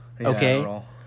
Okay